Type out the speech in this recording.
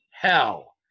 hell